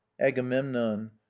agamemnon